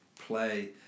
play